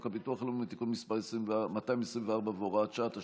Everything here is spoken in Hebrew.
חוק הביטוח הלאומי (תיקון מס' 224 והוראת שעה),